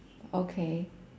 okay